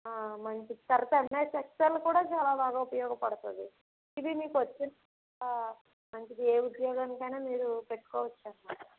ఆ మంచిది తర్వాత ఎమ్ఎస్ ఎక్సెల్ కూడా చాలా బాగా ఉపయోగపడుతుంది ఇవి మీకు వచ్చి ఆ అంటే ఏ ఉద్యోగానికి అయినా మీరు పెట్టుకోవచ్చు అన్నమాట